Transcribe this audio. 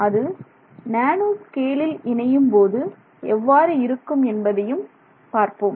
அது நேனோ ஸ்கேலில் இணையும்போது எவ்வாறு இருக்கும் என்பதையும் பார்ப்போம்